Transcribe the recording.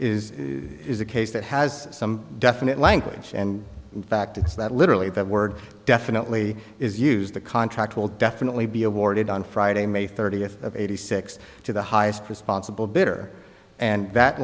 is is a case that has some definite language and in fact it's that literally that word definitely is used the contract will definitely be awarded on friday may thirtieth of eighty six to the highest responsible bitter and that